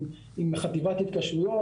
עם חטיבת התקשרויות,